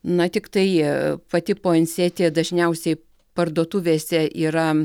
na tiktai pati puansetija dažniausiai parduotuvėse yra